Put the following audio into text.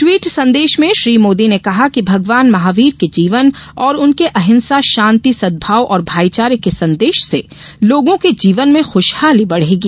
tweet संदेश में श्री मोदी ने कहा कि भगवान महावीर के जीवन और उनके अहिंसा शान्ति सदभाव और भाईचारे के संदेश से लोगों के जीवन में खुशहाली बढ़ेगी